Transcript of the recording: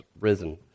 risen